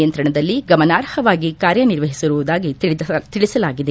ನಿಯಂತ್ರಣದಲ್ಲಿ ಗಮನಾರ್ಹವಾಗಿ ಕಾರ್ಯ ನಿರ್ವಹಿಸಿರುವುದಾಗಿ ತಿಳಿಸಲಾಗಿದೆ